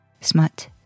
smut